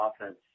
offense